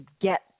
get